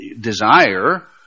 desire